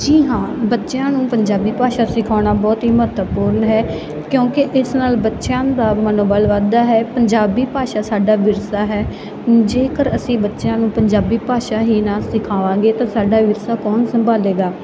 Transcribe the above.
ਜੀ ਹਾਂ ਬੱਚਿਆਂ ਨੂੰ ਪੰਜਾਬੀ ਭਾਸ਼ਾ ਸਿਖਾਉਣਾ ਬਹੁਤ ਹੀ ਮਹੱਤਵਪੂਰਨ ਹੈ ਕਿਉਂਕਿ ਇਸ ਨਾਲ ਬੱਚਿਆਂ ਦਾ ਮਨੋਬਲ ਵੱਧਦਾ ਹੈ ਪੰਜਾਬੀ ਭਾਸ਼ਾ ਸਾਡਾ ਵਿਰਸਾ ਹੈ ਜੇਕਰ ਅਸੀਂ ਬੱਚਿਆਂ ਨੂੰ ਪੰਜਾਬੀ ਭਾਸ਼ਾ ਹੀ ਨਾ ਸਿਖਾਵਾਂਗੇ ਤਾਂ ਸਾਡਾ ਵਿਰਸਾ ਕੌਣ ਸੰਭਾਲੇਗਾ